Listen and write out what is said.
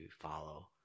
follow